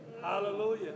Hallelujah